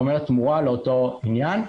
זאת אומרת תמורה לאותו עניין.